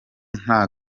nta